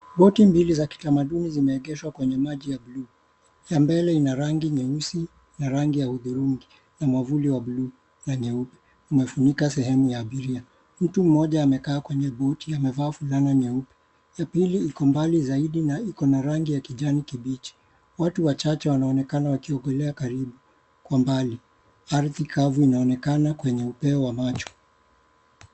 Boti mbili za kitamaduni zimeegeshwa kwenye maji ya buluu. Ya mbele ina rangi nyeusi na rangi ya hudhurungi na mwavuli wa buluu na nyeupe, imefunika sehemu ya abiria. Mtu mmoja amekaa kwenye boti amevaa fulana nyeupe. Ya pili iko mbali zaidi na iko na rangi ya kijani kibichi, watu wachache wanaonekana wakiogelea karibu. Kwa mbali ardhi kavu inaonekana kwenye upeo wa macho.